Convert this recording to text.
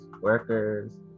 workers